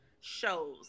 shows